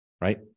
right